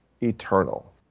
eternal